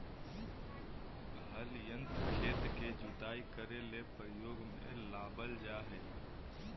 हल यंत्र खेत के जुताई करे ले प्रयोग में लाबल जा हइ